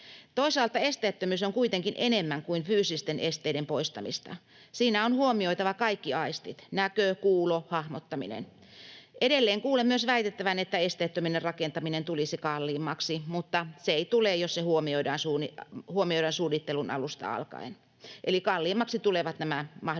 Toisaalta esteettömyys on kuitenkin enemmän kuin fyysisten esteiden poistamista. Siinä on huomioitava kaikki aistit: näkö, kuulo, hahmottaminen. Edelleen kuulen myös väitettävän, että esteetön rakentaminen tulisi kalliimmaksi, mutta ei se tule, jos se huomioidaan suunnittelun alusta alkaen. Eli kalliimmaksi tulevat mahdolliset